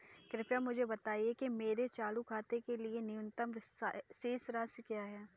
कृपया मुझे बताएं कि मेरे चालू खाते के लिए न्यूनतम शेष राशि क्या है?